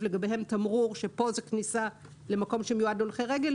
לגביהם תמרור שכאן זאת כניסה למקום שמיועד להולכי רגל,